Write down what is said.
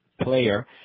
player